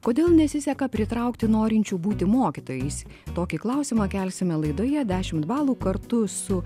kodėl nesiseka pritraukti norinčių būti mokytojais tokį klausimą kelsime laidoje dešimt balų kartu su